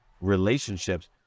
relationships